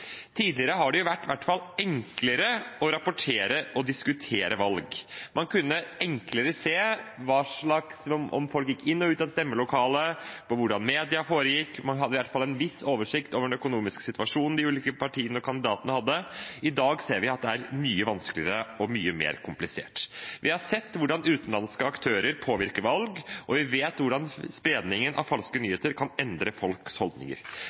Tidligere var det enklere å rapportere og diskutere valg. Man kunne enklere se at folk gikk inn og ut av stemmelokalet, og hvordan media opptrådte, og man hadde i hvert fall en viss oversikt over den økonomiske situasjonen de ulike partiene og kandidatene hadde. I dag ser vi at det er mye vanskeligere og mye mer komplisert. Vi har sett hvordan utenlandske aktører påvirker valg, og vi vet hvordan spredningen av falske nyheter kan endre folks holdninger.